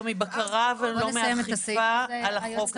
לא מבקרה ולא אכיפה על החוק הזה.